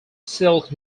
silk